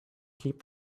keep